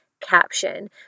caption